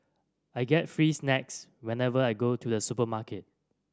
I get free snacks whenever I go to the supermarket